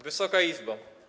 Wysoka Izbo!